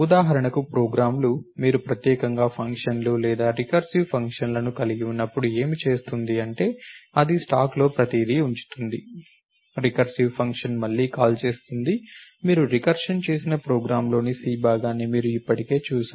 ఉదాహరణకు ప్రోగ్రామ్లు మీరు ప్రత్యేకంగా ఫంక్షన్లు లేదా రికర్సివ్ ఫంక్షన్లను కలిగి ఉన్నప్పుడు ఏమి చేస్తుంది అంటే అది స్టాక్లో ప్రతిదీ ఉంచుతుంది రికర్సివ్ ఫంక్షన్ మళ్లీ కాల్ చేస్తుంది మీరు రికర్షన్ చేసిన ప్రోగ్రామ్లోని C భాగాన్ని మీరు ఇప్పటికే చూసారు